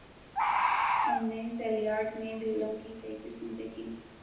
हमने सेलयार्ड में भेड़ों की कई किस्में देखीं